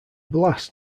blast